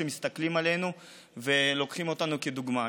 שמסתכלים עלינו ולוקחים אותנו כדוגמה.